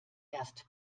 erst